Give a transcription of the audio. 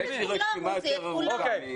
יש לי רשימה ארוכה.